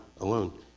alone